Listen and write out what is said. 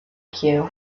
queue